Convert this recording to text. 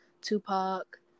Tupac